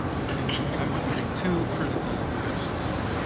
i wouldn't i wouldn't be too critical of the fcc.